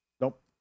Nope